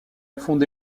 fondé